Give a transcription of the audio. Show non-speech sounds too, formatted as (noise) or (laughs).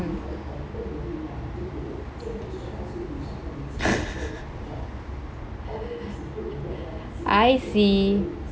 (laughs) I see